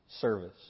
service